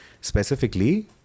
specifically